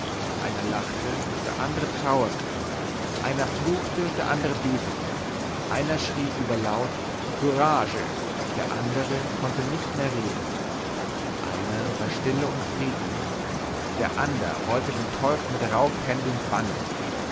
einer lachte der ander traurete einer fluchte der ander betete einer schrie überlaut courage der ander konnte nicht mehr reden einer war stille und friedlich der ander wollte den teufel mit raufhändeln bannen